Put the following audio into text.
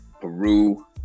Peru